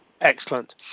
Excellent